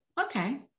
Okay